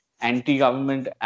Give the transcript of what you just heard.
anti-government